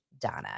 Donna